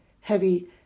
heavy